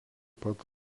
pat